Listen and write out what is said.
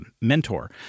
mentor